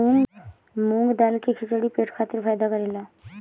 मूंग दाल के खिचड़ी पेट खातिर फायदा करेला